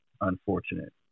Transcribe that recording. unfortunate